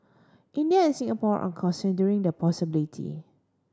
India and Singapore are considering the possibility